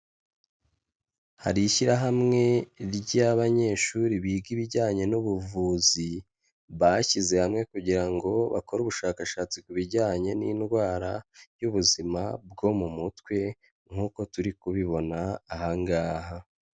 Hari ishyirahamwe ry'abanyeshuri biga ibijyanye n'ubuvuzi, bashyize hamwe kugira ngo bakore ubushakashatsi ku bijyanye n'indwara y'ubuzima bwo mu mutwe, nkuko turi kubibona ahangaha.